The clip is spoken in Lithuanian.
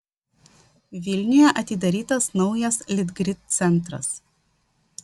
vilniuje atidarytas naujas litgrid centras